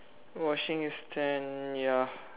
washing is ten ya